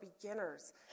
beginners